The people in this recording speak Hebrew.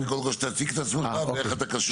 קודם כל תציג את עצמך ואיך אתה קשור.